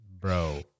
bro